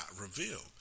revealed